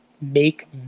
make